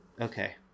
Okay